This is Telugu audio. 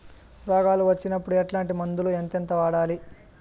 రోగాలు వచ్చినప్పుడు ఎట్లాంటి మందులను ఎంతెంత వాడాలి?